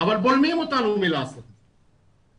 אבל בולמים אותנו מלעשות את זה,